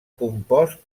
compost